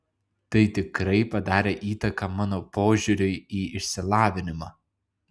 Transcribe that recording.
tai tikrai padarė įtaką mano požiūriui į išsilavinimą